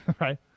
right